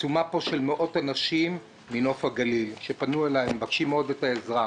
עצומה של מאות אנשים שפנו אלי ומבקשים עזרה.